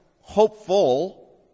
hopeful